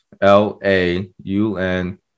L-A-U-N